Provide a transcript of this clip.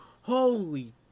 holy